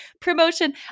promotion